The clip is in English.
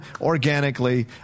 organically